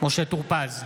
משה טור פז,